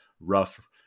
rough